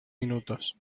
minutos